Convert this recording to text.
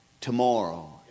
tomorrow